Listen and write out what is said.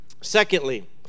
Secondly